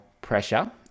pressure